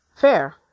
fair